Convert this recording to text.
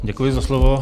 Děkuji za slovo.